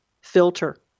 filter